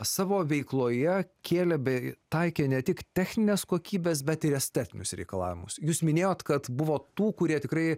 savo veikloje kėlė bei taikė ne tik techninės kokybės bet ir estetinius reikalavimus jūs minėjot kad buvo tų kurie tikrai